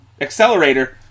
accelerator